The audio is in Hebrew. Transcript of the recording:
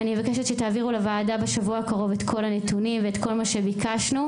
אני מבקשת שתעבירו לוועדה בשבוע הקרוב את כל הנתונים ואת כל מה שביקשנו.